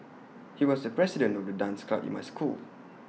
he was the president of the dance club in my school